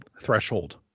threshold